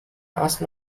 asked